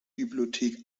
bibliothek